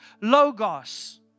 logos